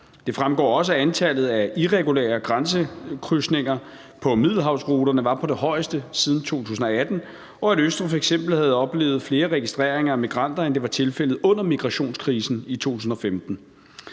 Det fremgår også, at antallet af irregulære grænsekrydsninger på Middelhavsruterne var på det højeste siden 2018, og at Østrig f.eks. havde oplevet flere registreringer af migranter, end det var tilfældet under migrationskrisen i 2015.